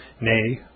nay